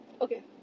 Okay